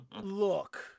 Look